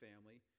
family